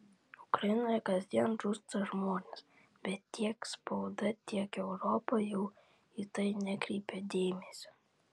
ukrainoje kasdien žūsta žmonės bet tiek spauda tiek europa jau į tai nekreipia dėmesio